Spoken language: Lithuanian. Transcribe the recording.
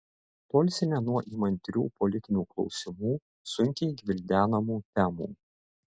tolsime nuo įmantrių politinių klausimų sunkiai gvildenamų temų